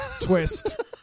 twist